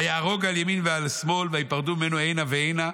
ויהרוג על ימין ועל שמאל וייפרדו ממנו הנה והנה.